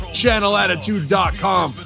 channelattitude.com